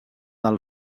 del